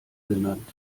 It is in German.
genannt